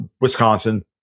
Wisconsin